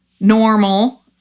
normal